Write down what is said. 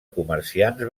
comerciants